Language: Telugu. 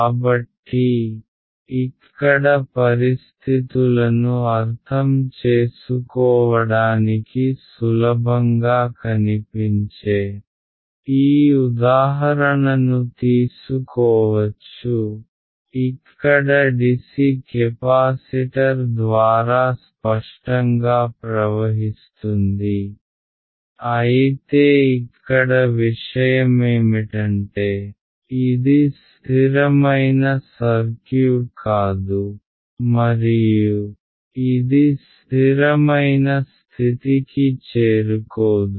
కాబట్టి ఇక్కడ పరిస్థితులను అర్థం చేసుకోవడానికి సులభంగా కనిపించే ఈ ఉదాహరణను తీసుకోవచ్చు ఇక్కడ డిసి కెపాసిటర్ ద్వారా స్పష్టంగా ప్రవహిస్తుంది అయితే ఇక్కడ విషయమేమిటంటే ఇది స్ధిరమైన సర్క్యూట్ కాదు మరియు ఇది స్ధిరమైన స్థితికి చేరుకోదు